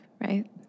right